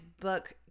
book